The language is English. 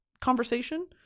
conversation